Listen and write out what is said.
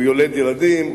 הוא יולד ילדים,